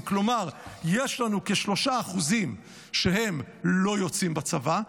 כלומר יש לנו כ-3% שהם לא יוצאי צבא,